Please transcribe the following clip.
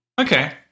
Okay